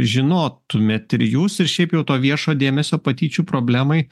žinotumėt ir jūs ir šiaip jau to viešo dėmesio patyčių problemai